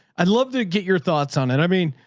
i'd love to get your thoughts on it. i mean,